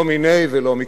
לא מיניה ולא מקצתיה.